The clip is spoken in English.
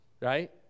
right